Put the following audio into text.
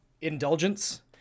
indulgence